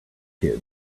kids